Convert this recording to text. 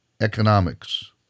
economics